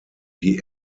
die